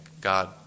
God